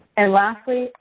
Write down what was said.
and lastly,